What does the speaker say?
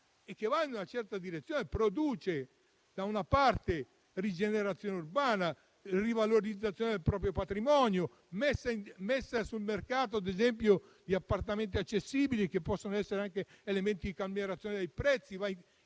e che vanno in una certa direzione. Si produrrebbero rigenerazione urbana, rivalorizzazione del proprio patrimonio e messa sul mercato di appartamenti a costi accessibili che possono essere anche elementi di calmierazione dei prezzi,